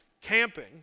camping